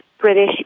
British